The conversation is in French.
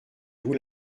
vous